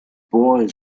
boy